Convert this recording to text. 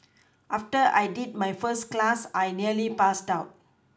after I did my first class I nearly passed out